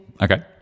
Okay